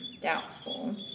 doubtful